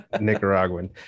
Nicaraguan